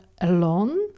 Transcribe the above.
alone